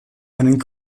einen